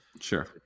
Sure